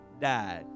died